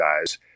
guys